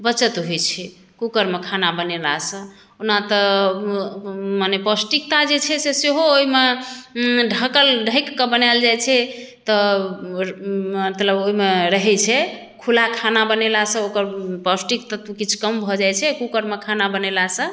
बचत होइत छै कूकरमे खाना बनेलासँ ओना तऽ मने पौष्टिकता जे छै से सेहो ओहिमे ढकल ढकिके बनायल जाइत छै तऽ मतलब ओहिमे रहैत छै खुला खाना बनेलासँ ओकर पौष्टिक तत्व किछु कम भऽ जाइत छै कूकरमे खाना बनेलासंँ